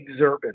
exurban